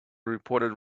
reported